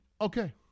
okay